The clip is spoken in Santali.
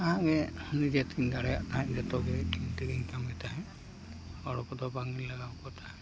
ᱟᱜ ᱜᱮ ᱡᱚᱛᱚᱧ ᱫᱟᱲᱮᱭᱟᱜ ᱛᱟᱦᱮᱫ ᱡᱚᱛᱚᱜᱮ ᱤᱧ ᱛᱮᱜᱮᱧ ᱠᱟᱹᱢᱤ ᱛᱟᱦᱮᱫ ᱦᱚᱲ ᱠᱚᱫᱚ ᱵᱟᱝᱼᱤᱧ ᱞᱟᱜᱟᱣ ᱠᱚ ᱛᱟᱦᱮᱫ